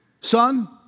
son